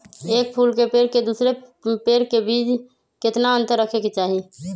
एक फुल के पेड़ के दूसरे पेड़ के बीज केतना अंतर रखके चाहि?